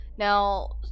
Now